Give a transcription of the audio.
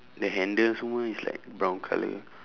the handle semua is like brown colour